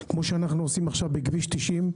כמו שאנחנו עושים עכשיו בכביש 90,